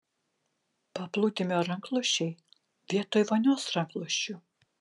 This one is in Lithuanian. paplūdimio rankšluosčiai vietoj vonios rankšluosčių